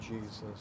Jesus